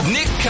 Nick